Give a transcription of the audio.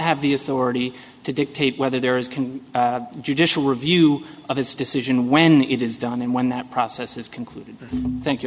have the authority to dictate whether there is can judicial review of his decision when it is done and when that process is concluded thank you